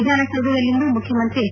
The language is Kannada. ವಿಧಾನಸೌಧದಲ್ಲಿಂದು ಮುಖ್ಯಮಂತ್ರಿ ಎಚ್